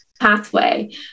pathway